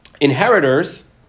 inheritors